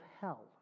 hell